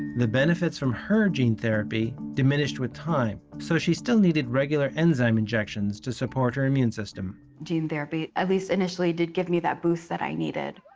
the benefits from her gene therapy diminished with time. so she still needed regular enzyme injections to support her immune system. gene therapy, at least initially, did give me that boost that i needed.